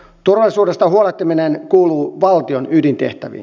turvallisuudesta huolehtiminen kuuluu valtion ydintehtäviin